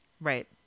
Right